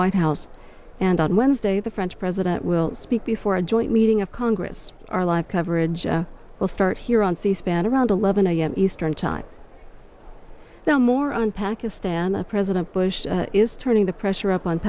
white house and on wednesday the french president will speak before a joint meeting of congress our live coverage will start here on c span around eleven a m eastern time now more on pakistan and president bush is turning the pressure up on